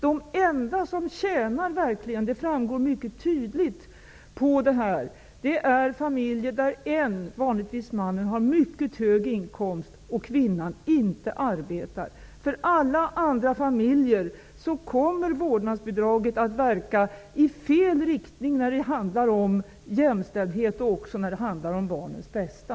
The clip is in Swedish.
Det framgår mycket tydligt att de enda som tjänar på vårdnadsbidraget är familjer där en förälder -- vanligtvis mannen -- har mycket hög inkomst och där den andra -- vanligtvis kvinnan -- inte arbetar. För alla andra familjer kommer vårdnadsbidraget att verka i fel riktning när det handlar om jämställdhet och också när det handlar om barnets bästa.